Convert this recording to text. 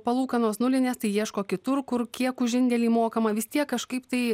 palūkanos nulinės tai ieško kitur kur kiek už indėlį mokama vis tiek kažkaip tai